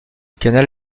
canal